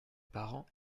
parents